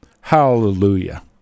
Hallelujah